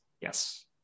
yes